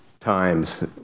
Times